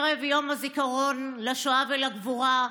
ערב יום הזיכרון לשואה ולגבורה,